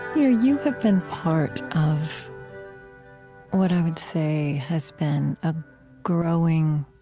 you you have been part of what i would say has been a growing